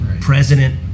president